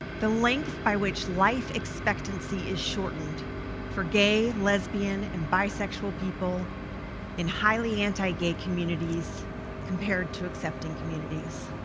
the length by which life expectancy is shortened for gay, lesbian and bisexual people in highly anti-gay communities compared to accepting communities.